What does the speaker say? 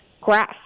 grass